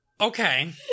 Okay